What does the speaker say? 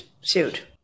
suit